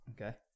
Okay